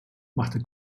machte